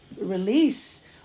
release